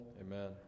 Amen